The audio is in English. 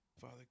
Father